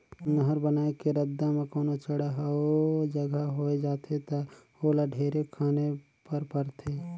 नहर बनाए के रद्दा म कोनो चड़हउ जघा होवे जाथे ता ओला ढेरे खने पर परथे